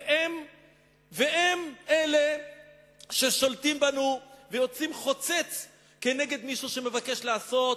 והם אלה ששולטים בנו ויוצאים חוצץ כנגד מישהו שמבקש לעשות